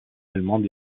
allemande